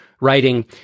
writing